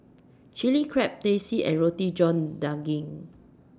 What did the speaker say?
Chilli Crab Teh C and Roti John Daging